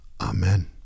Amen